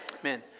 Amen